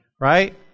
Right